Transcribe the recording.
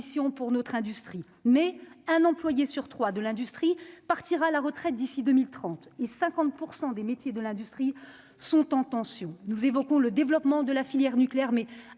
pour notre industrie, mais un employé sur 3 de l'industrie partira à la retraite d'ici 2030 et 50 % des métiers de l'industrie sont en tension, nous évoquons le développement de la filière nucléaire, mais